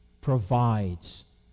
provides